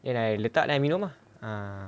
then I letak air then I minum ah